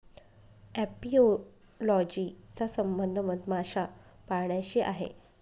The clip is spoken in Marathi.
अपियोलॉजी चा संबंध मधमाशा पाळण्याशी आहे